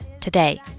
today